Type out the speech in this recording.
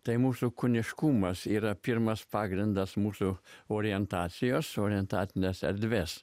tai mūsų kūniškumas yra pirmas pagrindas mūsų orientacijos orientacinės erdvės